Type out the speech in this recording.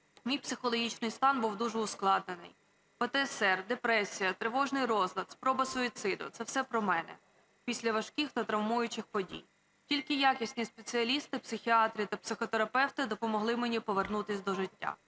мій психологічний стан був дуже ускладнений. ПТСР, депресія, тривожний розлад, спроба суїциду – це все про мене після важких та травмуючих подій. Тільки якісні спеціалісти, психіатри та психотерапевти допомогли мені повернутись до життя.